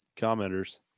commenters